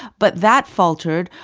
but that faltered.